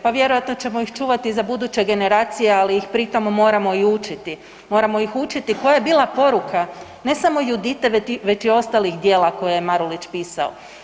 Pa vjerojatno ćemo ih čuvati za buduće generacije, ali ih pritom moramo i učiti, moramo ih učiti koja je bila poruka, ne samo Judite već i ostalih djela koja je Marulić pisao.